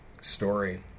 story